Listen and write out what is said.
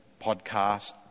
podcast